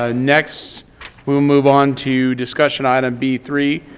ah next we'll move on to discussion item, b three,